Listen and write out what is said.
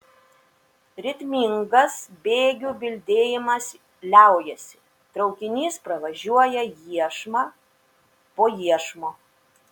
ritmingas bėgių bildėjimas liaujasi traukinys pravažiuoja iešmą po iešmo